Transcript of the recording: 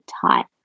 type